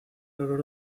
olor